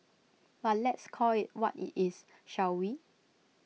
but let's call IT what IT is shall we